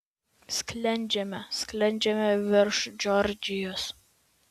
sklendžiame sklendžiame virš džordžijos